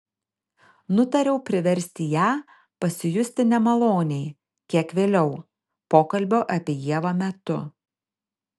nutariau priversti ją pasijusti nemaloniai kiek vėliau pokalbio apie ievą metu